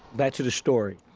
back to the story.